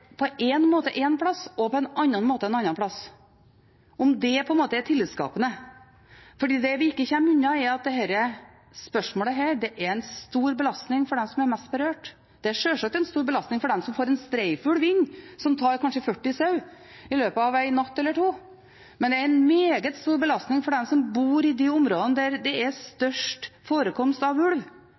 er tillitskapende. Det vi ikke kommer unna, er at dette spørsmålet er en stor belastning for dem som er mest berørt. Det er selvsagt en stor belastning for dem som får inn en streifulv som kanskje tar 40 sauer i løpet av en natt eller to, men det er en meget stor belastning for dem som bor i de områdene der det er størst forekomst av ulv.